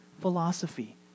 philosophy